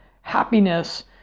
happiness